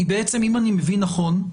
אם אני מבין נכון,